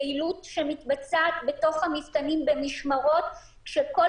פעילות שמתבצעת בתוך המפתנים במשמרות כשכל